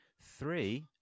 Three